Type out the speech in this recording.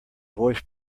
voice